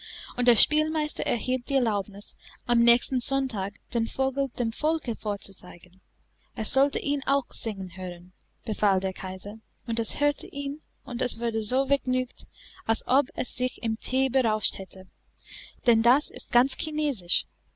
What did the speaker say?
und der spielmeister erhielt die erlaubnis am nächsten sonntag den vogel dem volke vorzuzeigen es sollte ihn auch singen hören befahl der kaiser und es hörte ihn und es wurde so vergnügt als ob es sich im thee berauscht hätte denn das ist ganz